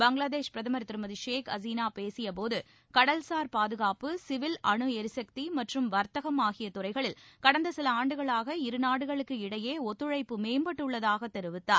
பங்களாதேஷ் பிரதமர் திருமதி ஷேக் ஹசினா பேசிய போது கடல்சார் பாதுகாப்பு சிவில் அனுளரிசக்தி மற்றும் வர்த்தகம் ஆகிய துறைகளில் கடந்த சில ஆண்டுகளாக இருநாடுகளுக்கு இடையே ஒத்துழைப்பு மேம்பட்டுள்ளதாக தெரிவித்தார்